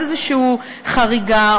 עוד איזושהי חריגה,